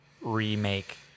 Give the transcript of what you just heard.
remake